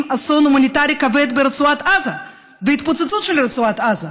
אסון הומניטרי כבד ברצועת עזה והתפוצצות של רצועת עזה,